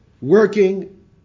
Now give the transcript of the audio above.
working